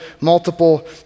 multiple